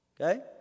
Okay